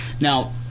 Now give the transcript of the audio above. Now